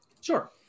Sure